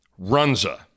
Runza